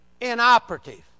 inoperative